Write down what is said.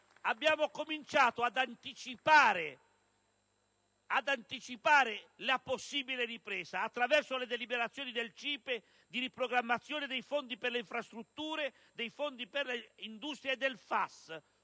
abbiamo cominciato ad anticipare la possibile ripresa, attraverso le deliberazioni del CIPE di riprogrammazione dei fondi per le infrastrutture, dei fondi per le industrie e del FAS